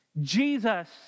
Jesus